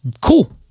cool